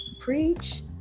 preach